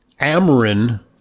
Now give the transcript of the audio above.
Amarin